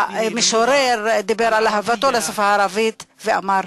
המשורר דיבר על אהבתו לשפה הערבית ואמר: